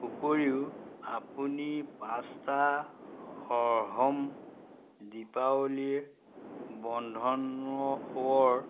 উপৰিও আপুনি পাঁচটা অৰ্হম দীপাৱলী বন্ধনৱৰ